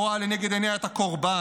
הרואה לנגד עיניה את הקורבן.